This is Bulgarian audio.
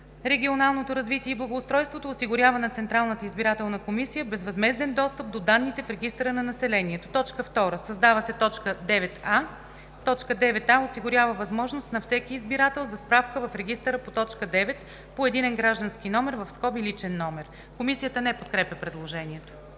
регионалното развитие и благоустройството осигурява на Централната избирателна комисия безвъзмезден достъп до данните в регистъра на населението;“ 2. Създава се т. 9а: „9а. осигурява възможност на всеки избирател за справка в регистъра по т. 9 по единен граждански номер (личен номер).“ Комисията не подкрепя предложението.